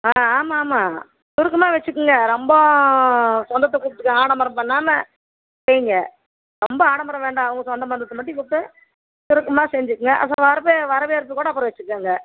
ஆ ஆமாம் ஆமாம் சுருக்கமா வைச்சுக்குங்க ரொம்ப சொந்தத்தை கூப்பிட்டு ஆடம்பரம் பண்ணாமல் செய்யுங்க ரொம்ப ஆடம்பரம் வேண்டாம் உங்கள் சொந்த பந்தத்தை மட்டும் கூப்பிட்டு சுருக்கமாக செஞ்சுக்குங்க அப்புறம் வரபே வரவேற்பு கூட அப்புறம் வைச்சுக்கோங்க